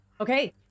Okay